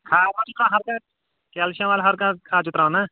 کھاد واد چھُ ہرکانٛہہ کیلشَم وٲلۍ ہرکانٛہہ کھاد چھُ ترٛاوَان نا